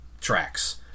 tracks